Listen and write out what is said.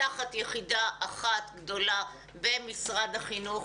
תחת יחידה אחת גדולה במשרד החינוך.